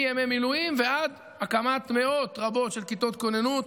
מימי מילואים ועד הקמת מאות רבות של כיתות כוננות,